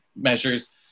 measures